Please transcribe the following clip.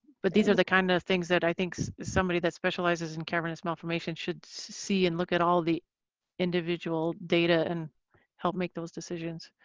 but these are the kind of things that i think somebody that specializes in cavernous malformations should see and look at all the individual data and help make those decisions.